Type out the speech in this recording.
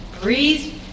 breathe